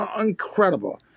Incredible